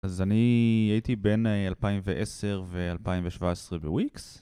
אז אני הייתי בין 2010 ו-2017 בוויקס